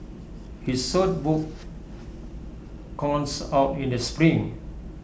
his saute book comes out in the spring